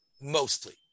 mostly